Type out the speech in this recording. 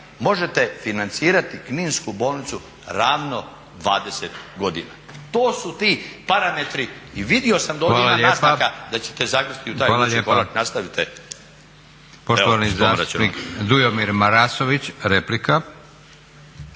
možete financirati kninsku bolnicu ravno 20 godina. To su ti parametri i vidio sam da ovdje ima naznaka da ćete zagristi u taj, nastavite. **Leko,